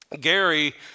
Gary